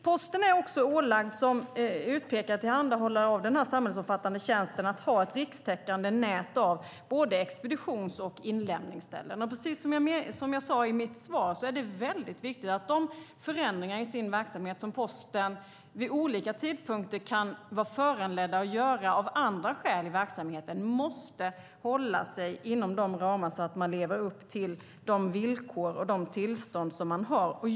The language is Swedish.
Posten, som är utsedd att tillhandahålla denna samhällsomfattande tjänst, är också ålagd att ha ett rikstäckande nät av både expeditions och inlämningsställen. Precis som jag sade i mitt svar är det mycket viktigt att de förändringar som Posten vid olika tidpunkter kan vara föranledda att göra av andra skäl i verksamheten håller sig inom sådana ramar att man lever upp till de villkor och tillstånd som gäller.